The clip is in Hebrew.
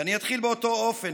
ואני אתחיל באותו אופן,